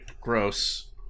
Gross